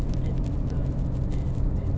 eight dan eighteen